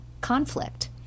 conflict